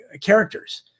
characters